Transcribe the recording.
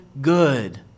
good